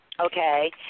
Okay